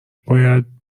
باید